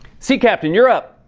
sea captain, you're up!